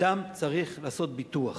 אדם צריך לעשות ביטוח